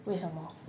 为什么 hideaway